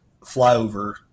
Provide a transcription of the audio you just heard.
flyover